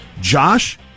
Josh